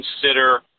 consider